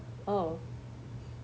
oh